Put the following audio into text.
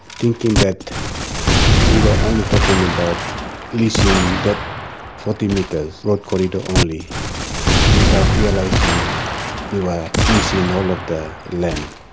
thinking that we were only talking about leasing that forty metres road corridor only without realising we were leasing all of the land.